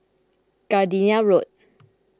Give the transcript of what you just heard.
Gardenia Road